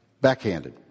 backhanded